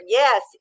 yes